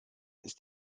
ist